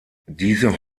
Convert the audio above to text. diese